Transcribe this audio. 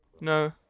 No